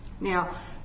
Now